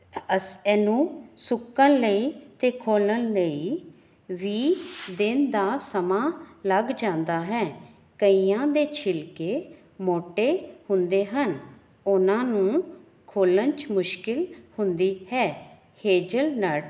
ਅਸ ਇਹਨੂੰ ਸੁੱਕਣ ਲਈ ਅਤੇ ਖੋਲ੍ਹਣ ਲਈ ਵੀਹ ਦਿਨ ਦਾ ਸਮਾਂ ਲੱਗ ਜਾਂਦਾ ਹੈ ਕਈਆਂ ਦੇ ਛਿਲਕੇ ਮੋਟੇ ਹੁੰਦੇ ਹਨ ਉਹਨਾਂ ਨੂੰ ਖੋਲ੍ਹਣ 'ਚ ਮੁਸ਼ਕਿਲ ਹੁੰਦੀ ਹੈ ਹੇਜਲਨਟ